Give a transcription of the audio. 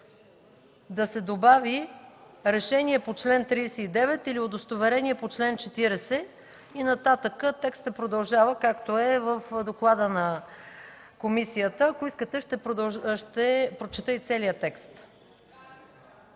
да се добави „решение по чл. 39 или удостоверение по чл. 40” и нататък текстът продължава, както е в доклада на комисията. Ако искате ще прочета и целия текст.